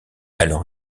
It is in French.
alors